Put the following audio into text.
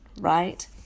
Right